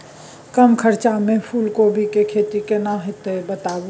कम खर्चा में फूलकोबी के खेती केना होते बताबू?